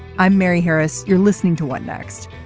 i'm mary harris. you're listening to what next.